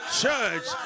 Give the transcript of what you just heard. church